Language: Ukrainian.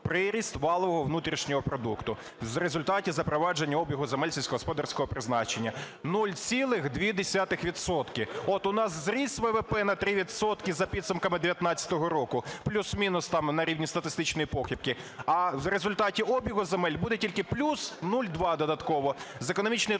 Приріст валового внутрішнього продукту в результаті запровадження обігу земель сільськогосподарського призначення – 0,2 відсотка. От у нас зріс ВВП на 3 відсотки за підсумками 19-го року, плюс-мінус там на рівні статистичної похибки, в результаті обігу земель буде тільки плюс 0,2 додатково. З економічної